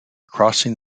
crossing